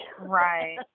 Right